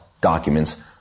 documents